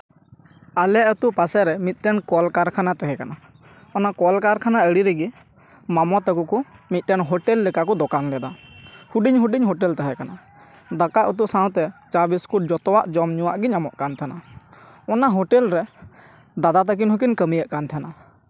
ᱟᱞᱮ ᱟᱛᱳ ᱯᱟᱥᱮ ᱨᱮ ᱢᱤᱫᱴᱟᱝ ᱠᱚᱞ ᱠᱟᱨᱠᱷᱟᱱ ᱛᱟᱦᱮᱸᱠᱟᱱᱟ ᱚᱱᱟ ᱠᱚᱞ ᱠᱟᱨᱠᱷᱚᱱᱟ ᱟᱲᱮ ᱨᱮᱜᱮ ᱢᱟᱢᱚ ᱛᱟᱠᱚ ᱠᱚ ᱢᱤᱫᱴᱟᱝ ᱦᱳᱴᱮᱞ ᱞᱮᱠᱟ ᱠᱚ ᱫᱚᱠᱟᱱ ᱞᱮᱫᱟ ᱦᱩᱰᱤᱧᱼᱦᱩᱰᱤᱧ ᱦᱳᱴᱮᱞ ᱛᱟᱦᱮᱸᱠᱟᱱᱟ ᱫᱟᱠᱟᱼᱩᱛᱩ ᱥᱟᱶᱛᱮ ᱪᱟᱼᱵᱤᱥᱠᱩᱴ ᱡᱚᱛᱚᱣᱟᱜ ᱡᱚᱢᱼᱧᱩᱣᱟᱜ ᱜᱮ ᱧᱟᱢᱚᱜ ᱠᱟᱱ ᱛᱟᱦᱮᱱᱟ ᱚᱱᱟ ᱦᱳᱴᱮᱞ ᱨᱮ ᱫᱟᱫᱟ ᱛᱟᱹᱠᱤᱱ ᱦᱚᱸᱠᱤᱱ ᱠᱟᱹᱢᱤᱭᱮᱫ ᱠᱟᱱ ᱛᱟᱦᱮᱱᱟ